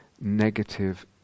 negative